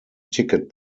ticket